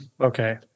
Okay